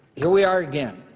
here we are again.